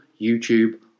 YouTube